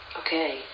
okay